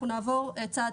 הצעת